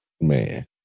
man